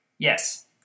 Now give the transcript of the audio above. Yes